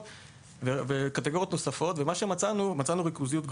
וקטגוריות נוספות ומצאנו ריכוזיות גבוהה.